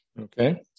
okay